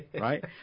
Right